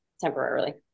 temporarily